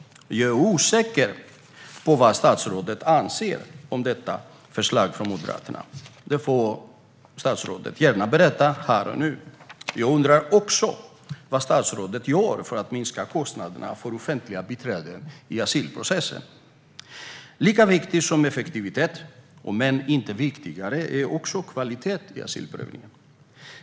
Jag är osäker på vad statsrådet anser om detta förslag från Moderaterna. Det får statsrådet gärna berätta här och nu. Jag undrar också vad statsrådet gör för att minska kostnaderna för offentliga biträden i asylprocessen. Lika viktigt som effektivitet, om än inte viktigare, är kvalitet i asylprövningen.